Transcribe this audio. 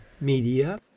media